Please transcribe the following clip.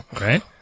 right